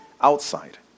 outside